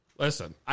Listen